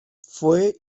fue